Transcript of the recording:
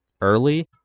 early